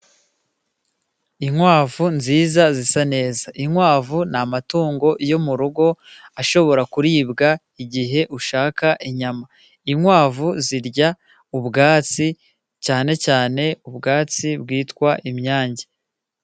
Inkwavu nziza zisa neza. Inkwavu ni amatungo yo mu rugo ashobora kuribwa igihe ushaka inyama. Inkwavu zirya ubwatsi cyane cyane ubwatsi bwitwa imyange.